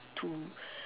to